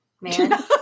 man